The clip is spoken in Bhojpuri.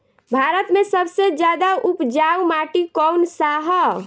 भारत मे सबसे ज्यादा उपजाऊ माटी कउन सा ह?